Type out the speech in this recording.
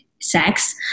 sex